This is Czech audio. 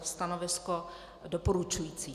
Stanovisko doporučující.